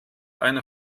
eine